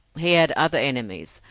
he had other enemies,